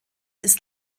ist